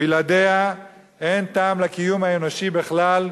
בלעדיה אין טעם לקיום האנושי בכלל,